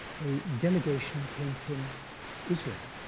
a delegation came from israel,